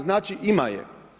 Znači, ima je.